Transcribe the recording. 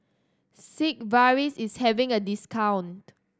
sigvaris is having a discount